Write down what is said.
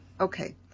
Okay